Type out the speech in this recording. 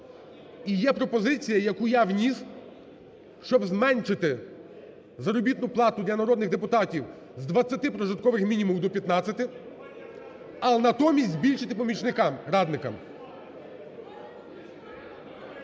і є пропозиція, яку я вніс, щоб зменшити заробітну плату для народних депутатів з 20 прожиткових мінімумів до 15, але натомість збільшити помічникам, радникам.